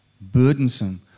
burdensome